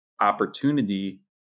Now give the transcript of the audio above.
opportunity